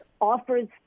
offers